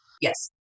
Yes